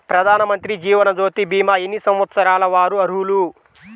ప్రధానమంత్రి జీవనజ్యోతి భీమా ఎన్ని సంవత్సరాల వారు అర్హులు?